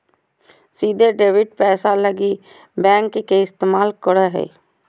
सीधे डेबिट पैसा लगी बैंक के इस्तमाल करो हइ